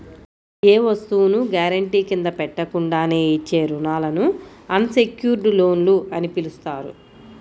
ఏ వస్తువును గ్యారెంటీ కింద పెట్టకుండానే ఇచ్చే రుణాలను అన్ సెక్యుర్డ్ లోన్లు అని పిలుస్తారు